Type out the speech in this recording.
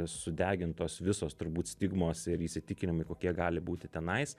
sudegintos visos turbūt stigmos ir įsitikinimai kokie gali būti tenais